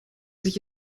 sich